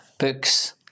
Books